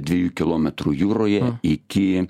dviejų kilometrų jūroje iki